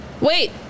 Wait